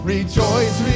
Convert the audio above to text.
Rejoice